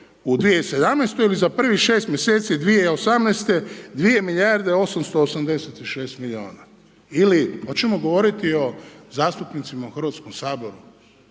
u 2017. ili za prvih 6 mj. 2018., 2 milijarde 886 milijuna. Ili hoćemo govoriti o zastupnicima u Hrvatskom saboru?